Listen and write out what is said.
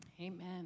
Amen